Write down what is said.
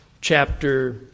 chapter